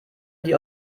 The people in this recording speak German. die